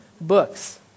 books